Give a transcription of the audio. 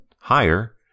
higher